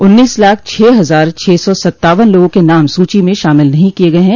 उन्नीस लाख छह हजार छह सौ सत्तावन लोगों के नाम सूची में शामिल नहीं किये गये हैं